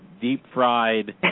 deep-fried